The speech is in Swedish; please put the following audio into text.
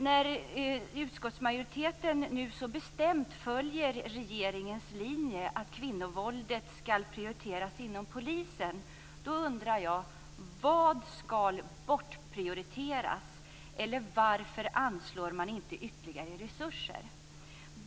När utskottsmajoriteten nu så bestämt följer regeringens linje att kampen mot kvinnovåldet skall prioriteras inom polisen undrar jag vad som skall prioriteras bort. Varför anslår man inte ytterligare resurser?